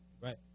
right